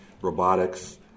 robotics